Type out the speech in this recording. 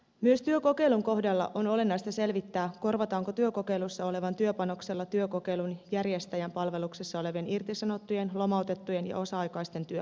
myös työkokeilun kohdalla on olennaista selvittää korvataanko työkokeilussa olevan työpanoksella työkokeilun järjestäjän palveluksessa olevien irtisanottujen lomautettujen ja osa aikaisten työpanosta